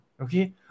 okay